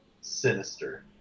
sinister